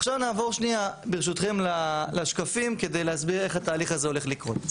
עכשיו נעבור ברשותכם לשקפים כדי להסביר איך התהליך הזה הולך לקרות.